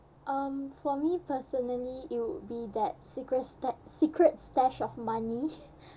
um for me personally it would be that secret sta~ secret stash of money